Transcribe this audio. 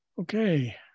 Okay